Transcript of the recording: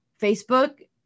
Facebook